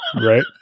Right